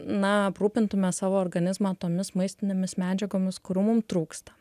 na aprūpintume savo organizmą tomis maistinėmis medžiagomis kurių mum trūksta